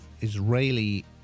Israeli